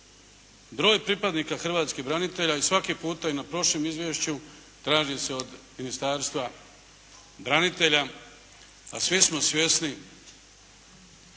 Broj pripadnika hrvatskih branitelja svaki puta, i na prošlom izvješću traži se od Ministarstva branitelja, a svi smo svjesni